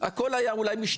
אולי הכול היה משתנה.